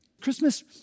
Christmas